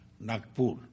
Nagpur